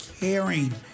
Caring